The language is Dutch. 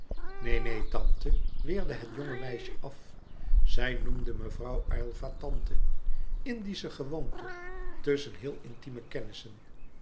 neen tante weerde het jonge meisje af zij noemde mevrouw aylva tante indische gewoonte tusschen heel intieme kennissen